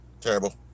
Terrible